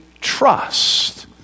trust